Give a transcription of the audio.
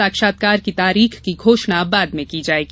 साक्षात्कार की तारीख की घोषणा बाद में की जायेगी